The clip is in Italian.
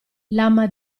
lama